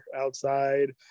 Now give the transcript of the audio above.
outside